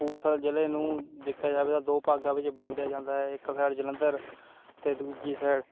ਕਪੂਰਥਲਾ ਜ਼ਿਲ੍ਹੇ ਨੂੰ ਦੇਖਿਆ ਜਾਵੇ ਤਾਂ ਦੋ ਭਾਗਾਂ ਵਿੱਚ ਵੰਡਿਆ ਜਾਂਦਾ ਇੱਕ ਸਾਈਡ ਜਲੰਧਰ ਅਤੇ ਦੂਜੀ ਸਾਈਡ